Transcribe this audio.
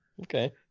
okay